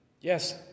Yes